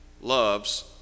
loves